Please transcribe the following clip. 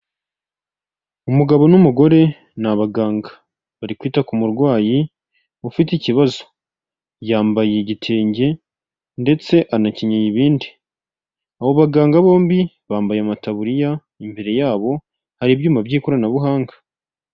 Umugabo n'umugore ni abaganga. Bari kwita ku murwayi ufite ikibazo. Yambaye igitenge ndetse anakenyeye ibindi. Abo baganga bombi bambaye mataburiya, imbere yabo hari ibyuma by'ikoranabuhanga.